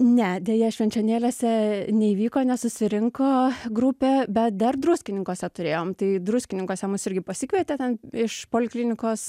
ne deja švenčionėliuose neįvyko nesusirinko grupė bet dar druskininkuose turėjom tai druskininkuose mus irgi pasikvietė ten iš poliklinikos